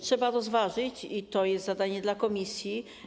Trzeba to rozważyć, to jest zadanie dla komisji.